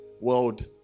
world